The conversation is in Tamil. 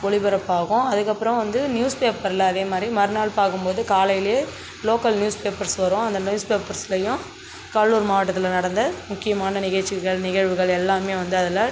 ஒளிபரப்பாகும் அதுக்கப்புறம் வந்து நியூஸ் பேப்பரில் அதே மாதிரி மறுநாள் பார்க்கும் போது காலையில் லோக்கல் நியூஸ் பேப்பர்ஸ் வரும் அந்த நியூஸ் பேப்பர்ஸ்லையும் கடலூர் மாவட்டத்தில் நடந்த முக்கியமான நிகழ்ச்சிகள் நிகழ்வுகள் எல்லாமே வந்து அதில்